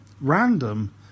Random